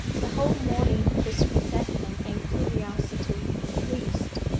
the whole morning this resentment and curiosity increased.